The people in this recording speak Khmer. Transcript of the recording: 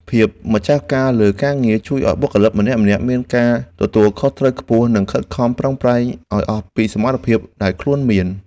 ភាពម្ចាស់ការលើការងារជួយឱ្យបុគ្គលិកម្នាក់ៗមានការទទួលខុសត្រូវខ្ពស់ និងខិតខំប្រឹងប្រែងឱ្យអស់ពីសមត្ថភាពដែលខ្លួនមាន។